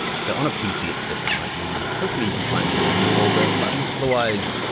so on a pc it's different, right? you hopefully you can find the new folder button, otherwise,